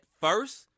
first